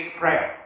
prayer